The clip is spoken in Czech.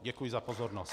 Děkuji za pozornost.